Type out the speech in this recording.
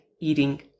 eating